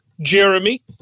Jeremy